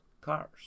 cars